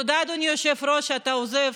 תודה, אדוני היושב-ראש, שאתה עוזב.